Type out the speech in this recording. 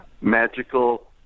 magical